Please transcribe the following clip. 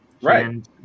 right